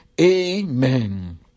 Amen